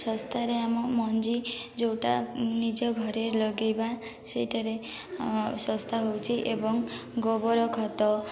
ଶସ୍ତାରେ ଆମ ମଞ୍ଜି ଯେଉଁଟା ନିଜ ଘରେ ଲଗେଇବା ସେଇଟାରେ ଶସ୍ତା ହେଉଛି ଏବଂ ଗୋବର ଖତ